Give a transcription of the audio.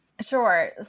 Sure